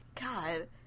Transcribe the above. God